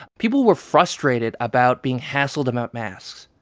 people were frustrated about being hassled about masks.